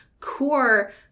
core